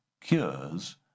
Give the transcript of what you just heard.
cures